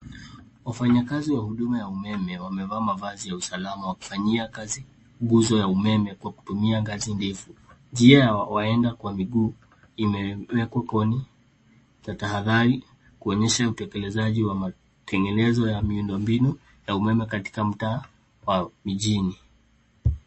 Wafanyakazi wa huduma ya umeme wamevaa mavazi ya usalama wakifanyia kazi nguzo ya umeme kwa kutumia ngazi ndefu. Njia ya waenda kwa miguu imewekwa na tahadhari kuonyesha utekelezaji wa matengenezo ya miundombinu ya umeme katika mtaa ya mijini.